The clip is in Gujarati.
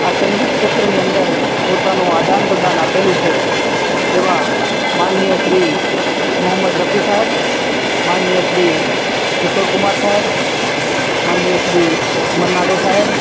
આ સંગીત ક્ષેત્રની અંદર પોતાનું આદાન પ્રદાન આપેલું છે એવા માનનીય શ્રી મહમ્મદ રફી સાહેબ માનનીય શ્રી કિશોર કુમાર સાહેબ માનનીય શ્રી મન્ના ડે સાહેબ